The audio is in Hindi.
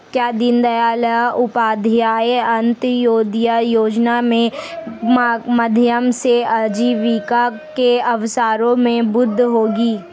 क्या दीन दयाल उपाध्याय अंत्योदय योजना के माध्यम से आजीविका के अवसरों में वृद्धि होगी?